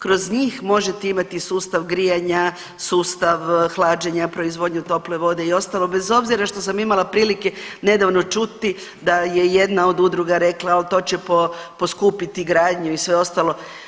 Kroz njih možete imati sustav grijanja, sustav hlađenja, proizvodnje tople vode i ostalo bez obzira što sam imala prilike nedavno čuti da je jedna od udruga rekla, ali to će poskupiti gradnju i sve ostalo.